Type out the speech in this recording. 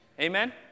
Amen